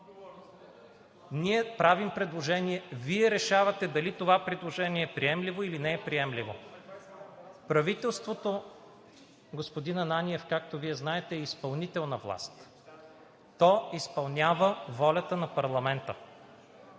Ние правим предложение, Вие решавате дали това предложение е приемливо, или не е приемливо. Правителството, господин Ананиев, както Вие знаете, е изпълнителна власт, то изпълнява волята на парламента.